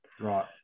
Right